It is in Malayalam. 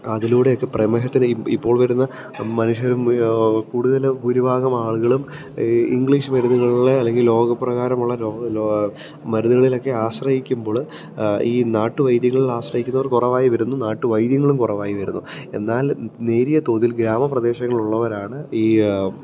അതിലൂടെയൊക്കെ പ്രമേഹത്തിനെ ഈ ഇപ്പോൾ വരുന്ന മനുഷ്യരില് കൂടുതലും ഭൂരിഭാഗം ആളുകളും ഈ ഇംഗ്ലീഷ് മരുന്നുകളെ അല്ലെങ്കിൽ മരുന്നുകളിലൊക്കെ ആശ്രയിക്കുമ്പോള് ഈ നാട്ടുവൈദ്യങ്ങളില് ആശ്രയിക്കുന്നവര് കുറവായിവരുന്നു നാട്ടുവൈദ്യങ്ങളും കുറവായിവരുന്നു എന്നാലും നേരിയ തോതിൽ ഗ്രാമപ്രദേശങ്ങളിൽ ഉള്ളവരാണ് ഈ